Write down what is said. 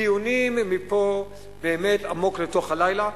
דיונים פה באמת עמוק לתוך הלילה.